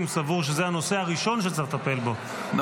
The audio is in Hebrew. סבור שזה הנושא הראשון שצריך לטפל בו,